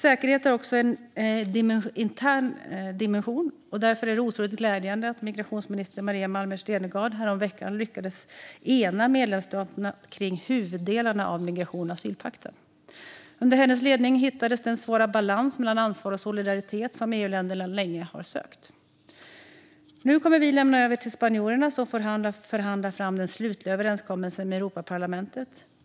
Säkerhet har också en intern dimension. Därför är det otroligt glädjande att migrationsminister Maria Malmer Stenergard häromveckan lyckades ena medlemsstaterna kring huvuddelarna av migrations och asylpakten. Under hennes ledning hittades den svåra balans mellan ansvar och solidaritet som EU-länderna länge sökt. Nu kommer vi att lämna över till spanjorerna, som får förhandla fram den slutliga överenskommelsen med Europaparlamentet.